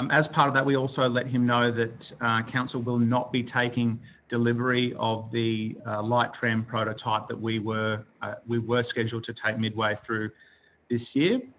um as part of that, we also let him know that council will not be taking delivery of the light tram prototype that we were we were scheduled to take midway through this year.